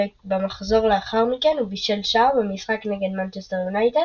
במחזור לאחר מכן הוא בישל שער במשחק נגד מנצ'סטר יונייטד